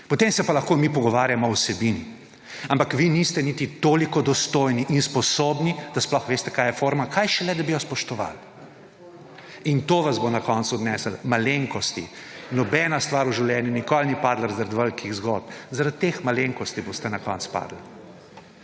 Potem se pa lahko mi pogovarjamo o vsebini. Ampak vi niste niti toliko dostojni in sposobni, da sploh veste, kaj je forma, kaj šele, da bi jo spoštovali. In to vas bo na koncu odneslo – malenkosti. Nobena stvar nikoli ni padla zaradi velikih zgodb, zaradi teh malenkosti boste na koncu padli.